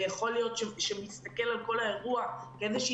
ויכול להיות שמסתכל על כל האירוע כאיזושהי